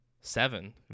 Seven